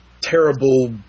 terrible